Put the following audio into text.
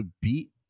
beat